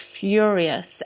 furious